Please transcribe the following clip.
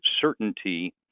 certainty